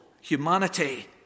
humanity